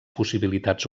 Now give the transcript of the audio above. possibilitats